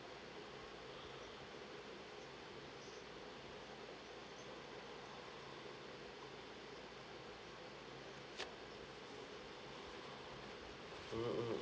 mm mm